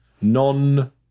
non